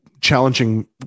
challenging